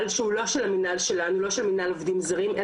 אלא של מנהל אוכלוסין ברשות האוכלוסין וההגירה,